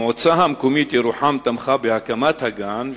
המועצה המקומית ירוחם תמכה בהקמת הגן,